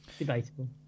Debatable